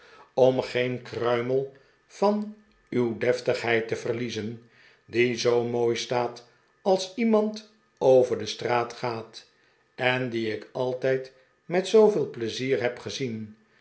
horlepijp kruimel van uw deftigheid te verliezen die zoo mooi staat als iemand over de straat gaat en die ik altijd met zooveel pleizier heb gezien